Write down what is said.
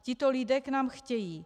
Tito lidé k nám chtějí.